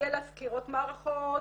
יהיו לה סקירות מערכות,